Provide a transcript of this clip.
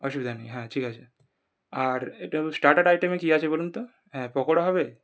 অসুবিধা নেই হ্যাঁ ঠিক আছে আর এটা হলো স্টার্টার আইটেমে কী আছে বলুন তো হ্যাঁ পকোড়া হবে